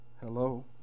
hello